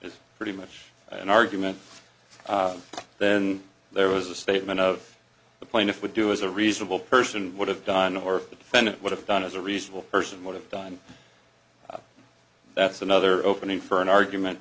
is pretty much an argument then there was a statement of the plaintiff would do as a reasonable person would have done or the defendant would have done as a reasonable person would have done that's another opening for an argument